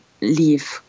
leave